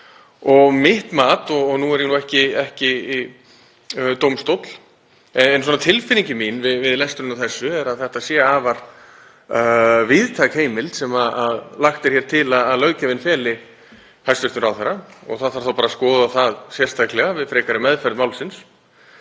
bannsins er. Nú er ég ekki dómstóll, en tilfinning mín við lesturinn á þessu er að þetta sé afar víðtæk heimild sem lagt er til að löggjafinn feli hæstv. ráðherra. Það þarf þá bara að skoða það sérstaklega við frekari meðferð málsins.